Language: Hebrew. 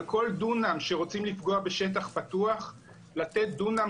על כל דונם שרוצים לפגוע בשטח פתוח לתת דונם